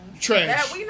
Trash